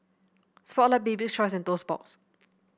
Spotlight Bibik's Choice and Toast Box